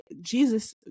Jesus